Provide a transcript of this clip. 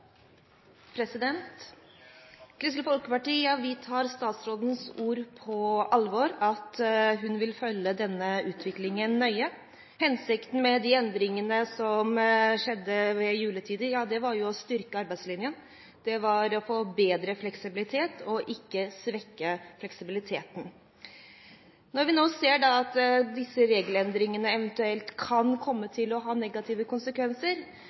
Kristelig Folkeparti tar statsrådens ord på alvor, om at hun vil følge denne utviklingen nøye. Hensikten med de endringene som skjedde ved juletider, var jo å styrke arbeidslinjen, det var å få bedre fleksibilitet, ikke å svekke fleksibiliteten. Når vi nå ser at disse regelendringene eventuelt kan komme til å ha negative konsekvenser,